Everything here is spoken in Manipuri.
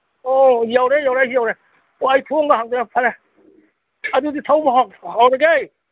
ꯑꯣ ꯌꯧꯔꯦ ꯌꯧꯔꯦ ꯑꯩꯁꯨ ꯌꯧꯔꯛꯑꯦ ꯑꯣ ꯑꯩ ꯊꯣꯡꯒ ꯍꯥꯡꯗꯣꯛꯑꯦ ꯐꯔꯦ ꯑꯗꯨꯗꯤ ꯊꯧꯕ ꯍꯧꯔꯒꯦ